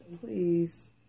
please